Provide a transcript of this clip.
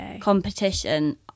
competition